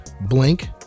Blink